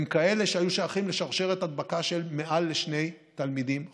הם כאלה שהיו שייכים לשרשרת הדבקה של מעל שני תלמידים חולים.